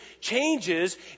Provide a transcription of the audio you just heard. changes